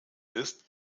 ist